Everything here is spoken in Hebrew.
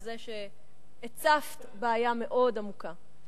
שהצפת בעיה מאוד עמוקה.